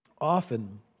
Often